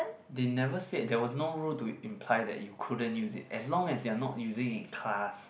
they never said there was no rule to imply that you couldn't use it as long as you're not using it in class